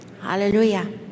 hallelujah